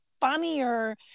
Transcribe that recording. funnier